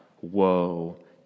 Woe